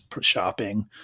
shopping